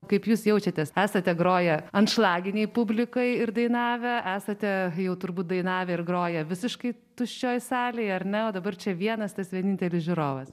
kaip jūs jaučiatės esate groję anšlaginei publikai ir dainavę esate jau turbūt dainavę ir groję visiškai tuščioj salėj ar ne o dabar čia vienas tas vienintelis žiūrovas